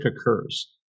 occurs